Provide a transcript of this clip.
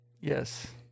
Yes